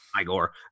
Igor